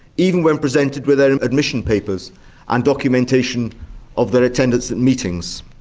even when presented with their admission papers and documentation of their attendance at meetings.